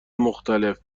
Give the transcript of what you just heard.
مختلف